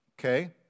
okay